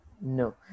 No